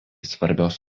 svarbios